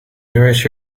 nourish